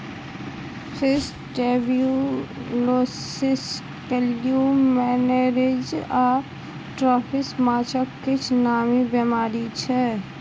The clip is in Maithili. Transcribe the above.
फिश ट्युबरकुलोसिस, काल्युमनेरिज आ ड्रॉपसी माछक किछ नामी बेमारी छै